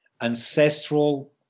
ancestral